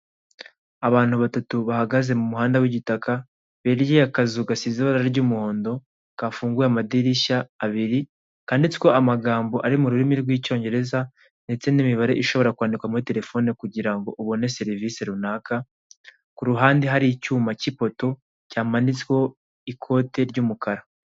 Abantu batatu bahagaze mu muhanda w'igitaka begeye akazu gasize bara ry'umuhondo, gafunguye amadirishya abiri kanditsweho amagamboari mu rurim rw'icyongereza